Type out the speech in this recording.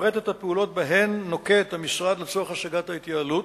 אפרט את הפעולות שנוקט המשרד לצורך השגת ההתייעלות.